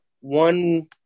One